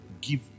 give